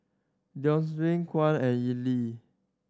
Theodocia Watt and Elie